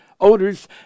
odors